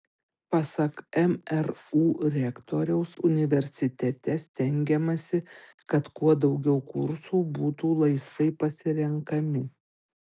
pasak mru rektoriaus universitete stengiamasi kad kuo daugiau kursų būtų laisvai pasirenkami